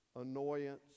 annoyance